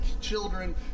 children